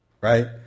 right